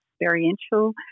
experiential